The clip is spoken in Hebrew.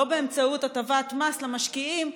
לא באמצעות הטבת מס למשקיעים,